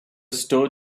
store